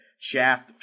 Shaft